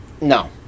No